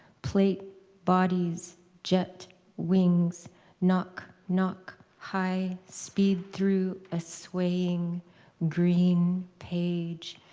plate bodies, jet wings knock knock high speed thru a swaying green page,